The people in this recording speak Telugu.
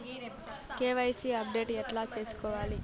కె.వై.సి అప్డేట్ ఎట్లా సేసుకోవాలి?